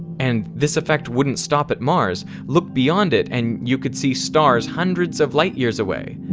and this effect wouldn't stop at mars, look beyond it and you could see stars hundreds of light years away,